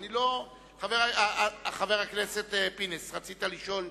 חבר הכנסת פינס, רצית לשאול?